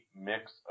mix